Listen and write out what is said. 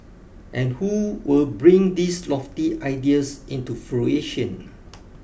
and who will bring these lofty ideas into fruition